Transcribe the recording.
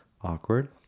Awkward